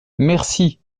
merci